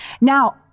Now